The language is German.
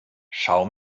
schau